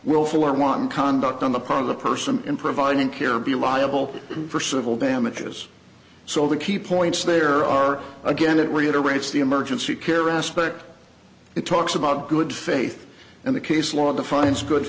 willful or wanton conduct on the part of the person in providing care or be liable for civil damages so the key points there are again it reiterates the emergency care aspect it talks about good faith and the case law defines good